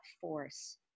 force